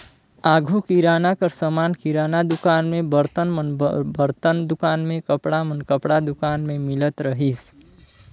आघु किराना कर समान किराना दुकान में, बरतन मन बरतन दुकान में, कपड़ा मन कपड़ा दुकान में मिलत रहिस